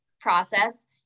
process